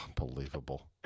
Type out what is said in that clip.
Unbelievable